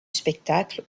spectacle